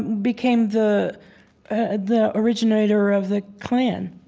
became the ah the originator of the klan.